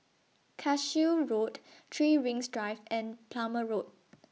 Cashew Road three Rings Drive and Plumer Road